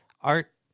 Art